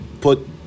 put